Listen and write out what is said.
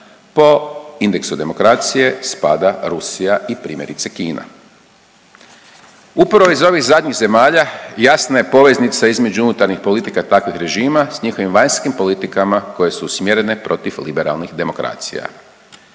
po indeksu demokracije spada Rusija i primjerice Kina. Upravo iz ovih zadnjih zemalja jasna je poveznica između unutarnjih politika takvih režima s njihovim vanjskim politikama koje su usmjerene protiv liberalnih demokracija.